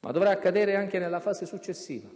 Ma dovrà accadere anche nella fase successiva,